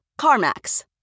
CarMax